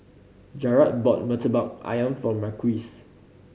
Jarrad bought Murtabak Ayam for Marquise